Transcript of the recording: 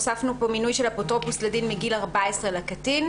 הוספנו פה מינוי של אפוטרופוס לדין מגיל 14 לקטין,